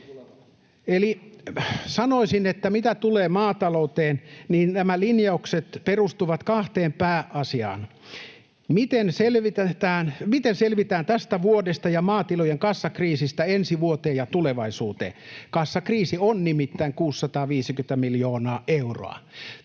Eli sanoisin, että mitä tulee maatalouteen, niin nämä linjaukset perustuvat kahteen pääasiaan: Miten selvitään tästä vuodesta ja maatilojen kassakriisistä ensi vuoteen ja tulevaisuuteen? Kassakriisi on nimittäin 650 miljoonaa euroa.